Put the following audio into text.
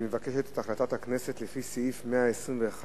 היא מבקשת את החלטת הכנסת לפי סעיף 121